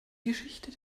geschichte